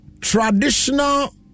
traditional